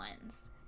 ones